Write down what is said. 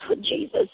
Jesus